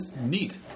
neat